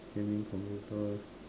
gaming computers